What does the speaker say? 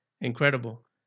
incredible